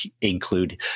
include